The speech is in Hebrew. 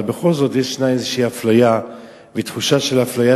אבל בכל זאת ישנה איזו אפליה ותחושה של אפליה,